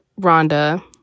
Rhonda